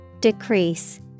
Decrease